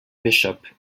bishop